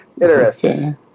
interesting